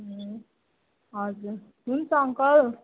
ए हजुर हुन्छ अङ्कल